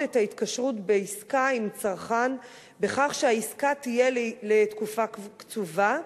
את ההתקשרות בעסקה עם צרכן בכך שהעסקה תהיה לתקופה קצובה,